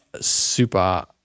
super